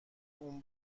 اون